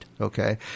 Okay